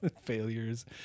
failures